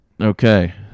Okay